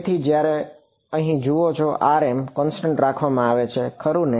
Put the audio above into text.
તેથી જ્યારે અહીં જુઓ rmકોન્સટન્ટ રાખવામાં આવે છે ખરું ને